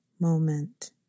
moment